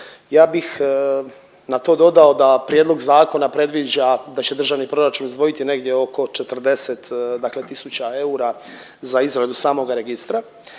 Ja bih na to dodao da prijedlog zakona predviđa da će državni proračun izdvojiti negdje oko 40 dakle tisuća eura za izradu samoga registra.